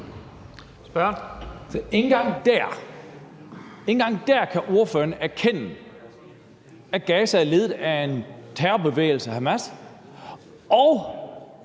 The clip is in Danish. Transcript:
engang dér kan ordføreren erkende, at Gaza er ledet af en terrorbevægelse, Hamas, og